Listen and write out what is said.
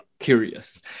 curious